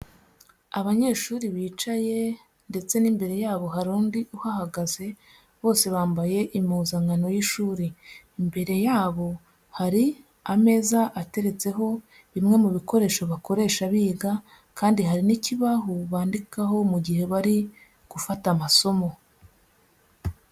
Abanyeshuri bicaye ndetse n'imbere yabo hari undi uhahagaze, bose bambaye impuzankano y'ishuri. Imbere yabo hari ameza ateretseho bimwe mu bikoresho bakoresha biga kandi hari n'ikibaho bandikaho mu gihe bari gufata amasomo.